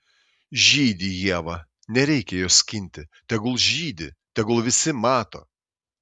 žydi ieva nereikia jos skinti tegul žydi tegul visi mato